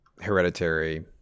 Hereditary